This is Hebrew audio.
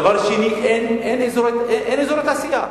דבר שני, אין אזורי תעשייה.